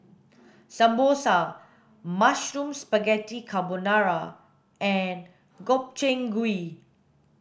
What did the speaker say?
Samosa Mushroom Spaghetti Carbonara and Gobchang gui